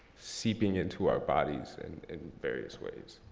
seeping into our bodies and in various ways.